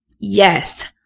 Yes